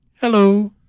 Hello